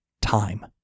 time